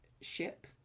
ship